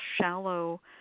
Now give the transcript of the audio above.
shallow